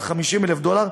על 50,000 דולר,